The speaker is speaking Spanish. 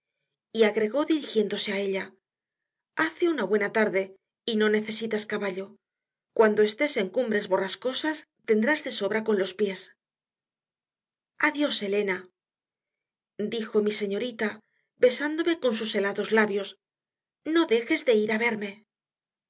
y agregó dirigiéndose a ella hace una buena tarde y no necesitas caballo cuando estés en cumbres borrascosas tendrás de sobra con los pies adiós elena dijo mi señorita besándome con sus helados labios no dejes de ir a verme